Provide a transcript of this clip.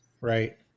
Right